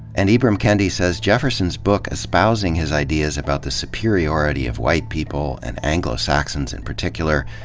and, ibram kendi says, jefferson's book espousing his ideas about the superiority of white people, and anglo-saxons in particular,